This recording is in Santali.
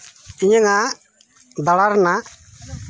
ᱤᱧᱟᱝ ᱟᱜ ᱫᱟᱬᱟ ᱨᱮᱱᱟᱜ